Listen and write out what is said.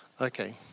Okay